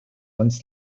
uns